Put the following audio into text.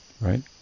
Right